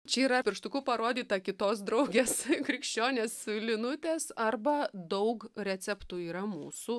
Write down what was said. čia yra pirštuku parodyta kitos draugės krikščionės linutės arba daug receptų yra mūsų